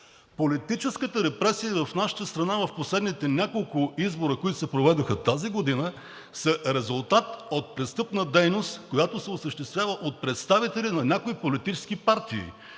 политическата репресия в нашата страна и в последните няколко избора, които се проведоха тази година, е резултат от престъпната дейност, която се осъществява от представители на някои политически партии,